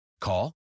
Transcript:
Call